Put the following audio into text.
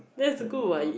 the noodle